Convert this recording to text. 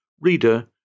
Reader